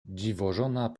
dziwożona